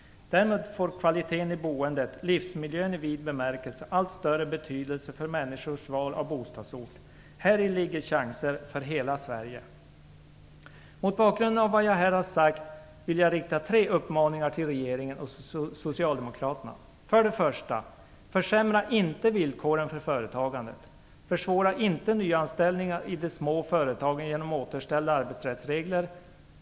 Därmed får kvaliteten i boendet, livsmiljön i vid bemärkelse, allt större betydelse för människors val av bostadsort. Häri ligger chanser för hela Sverige. Mot bakgrund av vad jag här har sagt vill jag rikta en uppmaning till regeringen och Socialdemokraterna. Försämra inte villkoren för företagandet! Försvåra inte nyanställningar i de små företagen genom att återställa arbetsrättsregler!